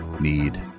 need